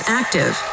active